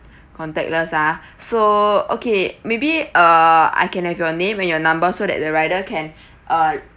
contactless uh so okay maybe uh I can have your name and your number so that the rider can uh